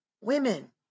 women